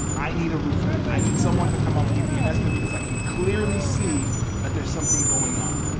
i need a roofer. i need someone to come on and give me an estimate, because i can clearly see that there's something going on.